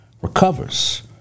recovers